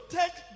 take